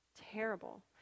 Terrible